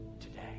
today